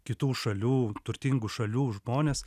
kitų šalių turtingų šalių žmonės